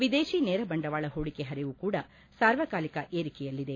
ವಿದೇಶ ನೇರ ಬಂಡವಾಳ ಹೂಡಿಕೆ ಹರಿವು ಕೂಡ ಸಾರ್ವಕಾಲಿಕ ಏರಿಕೆಯಲ್ಲಿದೆ